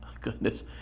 goodness